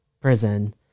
prison